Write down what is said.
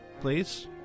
Please